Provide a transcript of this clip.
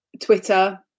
Twitter